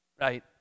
right